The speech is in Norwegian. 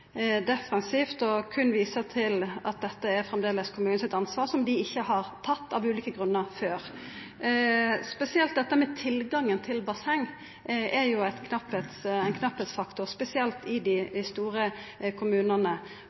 dette framleis er kommunane sitt ansvar, som dei av ulike grunnar ikkje har tatt før. Spesielt dette med tilgangen til basseng er jo eit problem, spesielt i dei store kommunane,